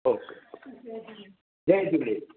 okay okay जय झूले